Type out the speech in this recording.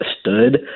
Stood